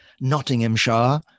Nottinghamshire